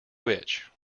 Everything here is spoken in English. which